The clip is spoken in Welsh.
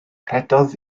rhedodd